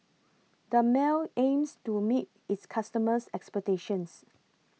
Dermale aims to meet its customers' expectations